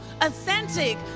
authentic